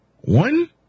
One